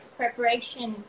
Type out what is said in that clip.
preparation